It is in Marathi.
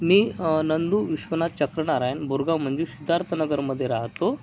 मी नंदू विश्वनात चक्रनारायण बोरगाव मंदिर सिद्धार्थनगरमध्ये राहतो